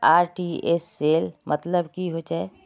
RTGS सेल मतलब की होचए?